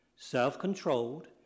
self-controlled